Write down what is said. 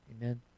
Amen